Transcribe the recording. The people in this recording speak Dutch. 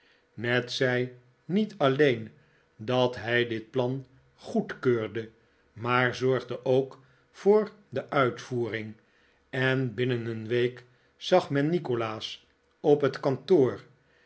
ned zei niet alleen dat hij dit plan goedkeurde maar zorgde ook voor de uitvoering en binnen een week zag men nikolaas op het kantoor